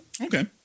Okay